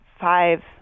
five